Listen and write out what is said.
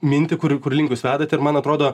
mintį kur kur link jūs vedate ir man atrodo